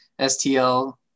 STL